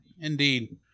Indeed